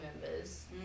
members